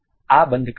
આપણે આ બંધ કરીશું